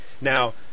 Now